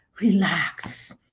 relax